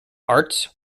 arts